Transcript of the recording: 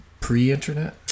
pre-internet